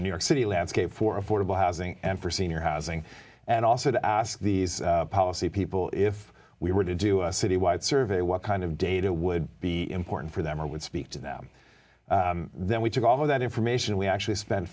the new york city landscape for affordable housing for senior housing and also to ask these policy people if we were to do a city wide survey what kind of data would be important for them or would speak to them then we took all of that information we actually spent